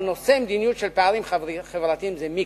אבל נושא המדיניות לגבי פערים חברתיים זה מיקרו.